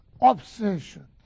obsession